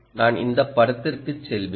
நான் இந்த படத்திற்குச் செல்வேன்